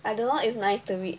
I don't know if nice to read